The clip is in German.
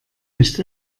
nicht